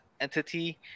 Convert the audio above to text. entity